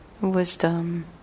wisdom